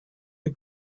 are